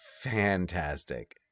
fantastic